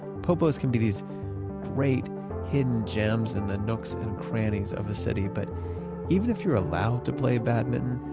popos can be these great hidden gems in the nooks and crannies of a city, but even if you're allowed to play badminton,